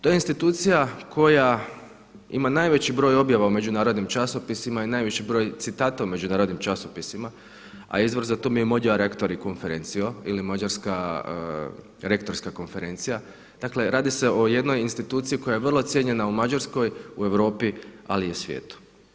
To je institucija koja ima najveći broj objava u međunarodnim časopisima i najviši broj citata u međunarodnim časopisima, a izvor za to im … /Govornik govori mađarski./ … ili Mađarska rektorska konferencija, dakle radi se o jednoj instituciji koja je vrlo cijenjena u Mađarskoj, u Europi ali i u svijetu.